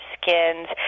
skins